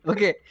Okay